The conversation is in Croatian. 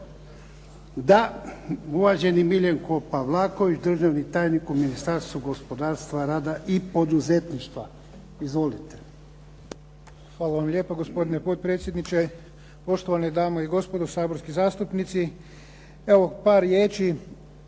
Da. Uvaženi Miljenko Pavlaković, državni tajnik u Ministarstvu gospodarstva, rada i poduzetništva. Izvolite. **Pavlaković, Miljenko** Hvala vam lijepa gospodine potpredsjedniče, poštovane dame i gospodo saborski zastupnici. Evo par riječi